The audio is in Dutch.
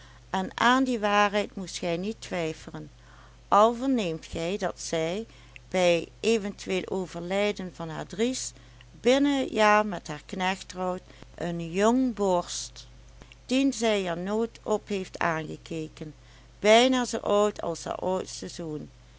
en aan die waarheid moet gij niet twijfelen al verneemt gij dat zij bij eventueel overlijden van haar dries binnen t jaar met haar knecht trouwt een jong borst dien zij er nooit op heeft aangekeken bijna zoo oud als haar oudste zoon